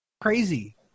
crazy